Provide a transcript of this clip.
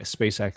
SpaceX